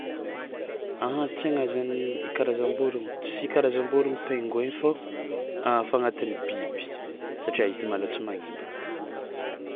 Anhan! Tsaignazany karazam-bôrogno tsy karazam-bôrogno paingouin fao afa agnatiny biby satria izy malaoha tsy magnaibagna.